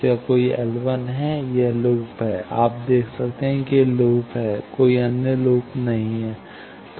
क्या कोई L है यह लूप है आप देख सकते हैं कि यह लूप है कोई अन्य लूप नहीं है